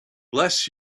bless